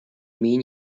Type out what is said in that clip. mean